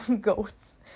ghosts